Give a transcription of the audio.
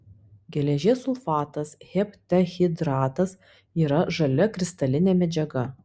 geležies sulfatas heptahidratas yra žalia kristalinė medžiaga